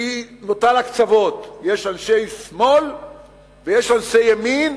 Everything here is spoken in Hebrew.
כי נותרו לה קצוות, יש אנשי שמאל ויש אנשי ימין,